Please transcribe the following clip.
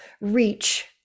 reach